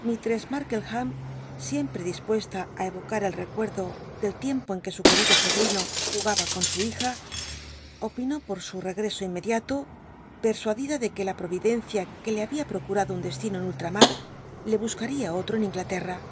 ll'c dispuesta á evocar el recuerdo del tiempo en que su que rido sobrino jugaba con suhija opinó por su regreso inmediato persuadida de que la providencia que le babia procmado un destino en ul lramat le buscaría otro en inglatcl'l'a